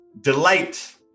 delight